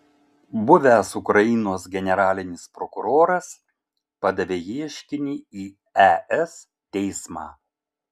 buvęs ukrainos generalinis prokuroras padavė ieškinį į es teismą